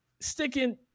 sticking